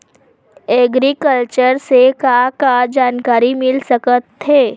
Agriculture से का का जानकारी मिल सकत हे?